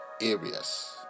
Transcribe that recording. areas